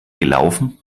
gelaufen